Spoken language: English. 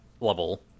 level